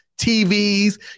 TVs